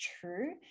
true